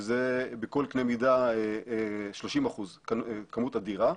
שזה בכול קנה מידה כמות אדירה.